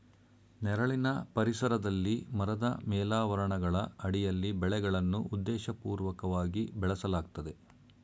ನೆರಳಿನ ಪರಿಸರದಲ್ಲಿ ಮರದ ಮೇಲಾವರಣಗಳ ಅಡಿಯಲ್ಲಿ ಬೆಳೆಗಳನ್ನು ಉದ್ದೇಶಪೂರ್ವಕವಾಗಿ ಬೆಳೆಸಲಾಗ್ತದೆ